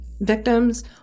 victims